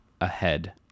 ahead